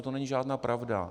To není žádná pravda.